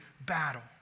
battle